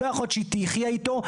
לא יכול להיות שהיא תהיה איתו.